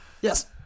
Yes